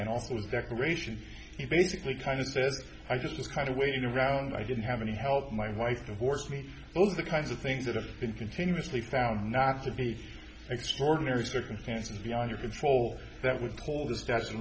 and also the declaration he basically kind of says if i just kind of waiting around i didn't have any help my wife divorced me those are the kinds of things that have been continuously found not to be extraordinary circumstances beyond your control that would pull the statute of